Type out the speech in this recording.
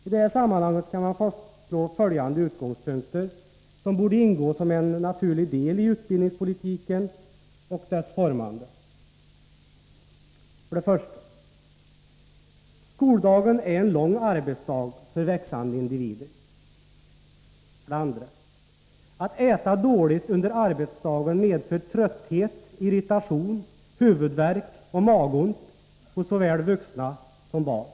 I detta sammanhang kan man fastslå följande utgångspunkter som borde ingå som en naturlig del i utbildningspolitiken och dess formande. För det första: Skoldagen är en lång arbetsdag för växande individer. För det andra: Att äta dåligt under arbetsdagen medför trötthet, irritation, huvudvärk och magont hos såväl vuxna som barn.